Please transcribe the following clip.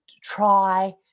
try